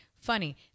Funny